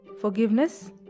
forgiveness